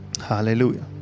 hallelujah